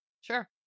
Sure